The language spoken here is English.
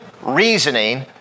reasoning